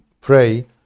pray